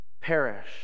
perish